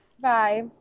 Bye